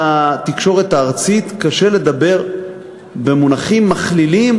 לתקשורת הארצית קשה לדבר במונחים מכלילים